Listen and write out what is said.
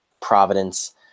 Providence